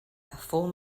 four